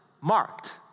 marked